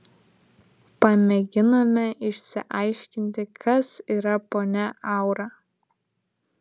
pamėginome išsiaiškinti kas yra ponia aura